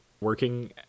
working